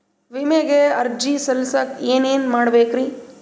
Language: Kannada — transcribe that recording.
ವಿಮೆಗೆ ಅರ್ಜಿ ಸಲ್ಲಿಸಕ ಏನೇನ್ ಮಾಡ್ಬೇಕ್ರಿ?